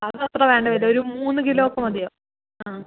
അത് എത്ര വേണ്ട വരും ഒരു മൂന്ന് കിലോ ഒക്കെ മതിയോ ആ